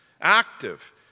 active